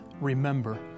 remember